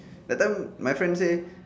that time my friend say